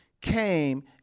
came